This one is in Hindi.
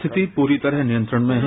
स्थिति पूरी तरह नियंत्रण में है